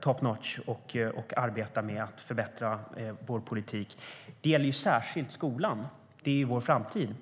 topnotch och arbeta med att förbättra vår politik. Det gäller särskilt skolan. Det är vår framtid.